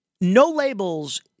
No-labels